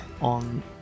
on